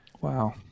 Wow